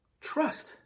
trust